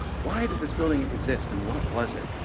why did this building ah exist, and what was it?